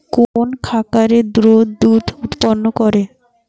কোন খাকারে দ্রুত দুধ উৎপন্ন করে?